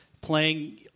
playing